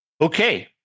Okay